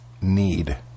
need